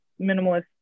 minimalist